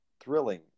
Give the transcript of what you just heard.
thrilling